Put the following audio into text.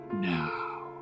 Now